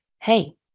hey